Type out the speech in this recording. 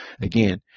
again